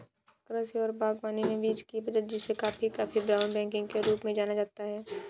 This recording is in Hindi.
कृषि और बागवानी में बीज की बचत जिसे कभी कभी ब्राउन बैगिंग के रूप में जाना जाता है